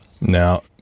Now